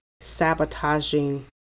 sabotaging